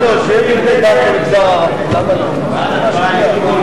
בעד, רבותי?